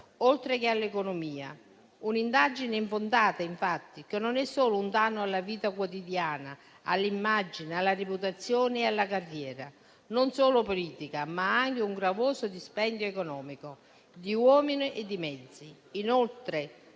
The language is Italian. oltre che all'economia. Un'indagine infondata, infatti, è un danno non solo alla vita quotidiana, all'immagine, alla reputazione e alla carriera politica, ma anche un gravoso dispendio economico di uomini e di mezzi.